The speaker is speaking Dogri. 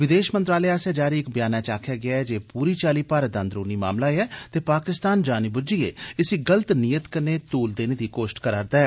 विदेष मंत्रालय आस्सेआ जारी इक ब्यानै च आक्खेआ गेआ ऐ जे एह् पूरी चाल्ली भारत दा अंदरूनी मामला ऐ ते पाकिस्तान जानी गुज्झियै इसी गलत नीयत कन्नै तूल देने दी कोष्त करा'रदा ऐ